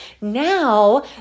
now